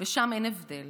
ושם אין הבדל